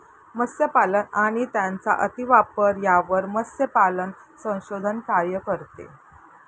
मत्स्यपालन आणि त्यांचा अतिवापर यावर मत्स्यपालन संशोधन कार्य करते